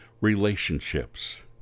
Relationships